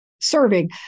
serving